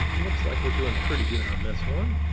looks like we're doing pretty good on this one.